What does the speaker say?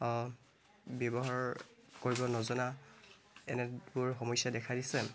ব্যৱহাৰ কৰিব নজনা এনেবোৰ সমস্যা দেখা দিছে